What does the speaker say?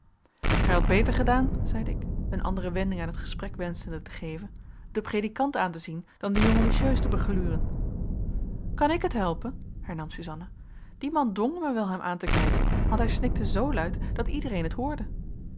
gij hadt beter gedaan zeide ik een andere wending aan het gesprek wenschende te geven den predikant aan te zien dan de jonge messieurs te begluren kan ik het helpen hernam suzanna die man dwong mij wel hem aan te kijken want hij snikte zoo luid dat iedereen het hoorde